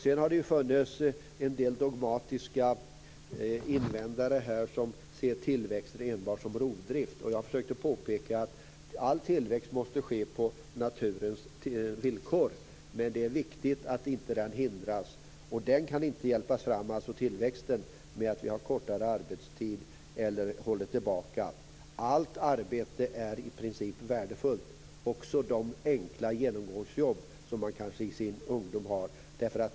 Det har funnits en del dogmatiska invändningar där man ser tillväxt enbart som rovdrift. Jag har försökt att påpeka att all tillväxt måste ske på naturens villkor. Det är viktigt att tillväxten inte hindras. Tillväxten kan inte hjälpas fram med kortare arbetstid eller genom att hålla tillbaka i övrigt. Allt arbete är värdefullt, också de enkla genomgångsjobb man har i sin ungdom.